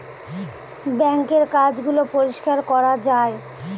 বাঙ্কের কাজ গুলো পরিষ্কার করা যায়